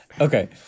Okay